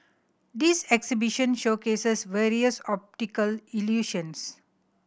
this exhibition showcases various optical illusions